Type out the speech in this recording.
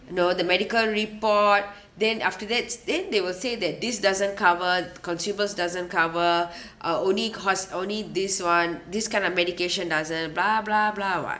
you know the medical report then after that's then they will say that this doesn't cover consumers doesn't cover uh only cost only this one this kind of medication doesn't blah blah blah [what]